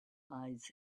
eyes